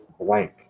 blank